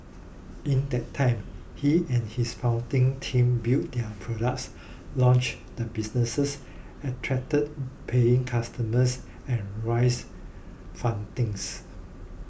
in that time he and his founding team built their products launched the businesses attracted paying customers and raised fundings